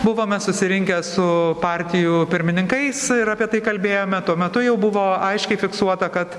buvome susirinkę su partijų pirmininkais ir apie tai kalbėjome tuo metu jau buvo aiškiai fiksuota kad